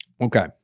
Okay